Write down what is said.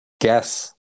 guess